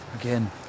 Again